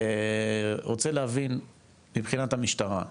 רוצה להבין מבחינת המשטרה,